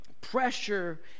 Pressure